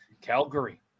Calgary